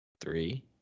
Three